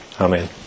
Amen